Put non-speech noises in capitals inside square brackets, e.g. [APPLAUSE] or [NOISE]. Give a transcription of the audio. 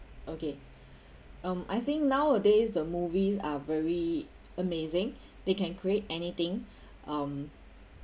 okay um I think nowadays the movies are very amazing [BREATH] they can create anything [BREATH] um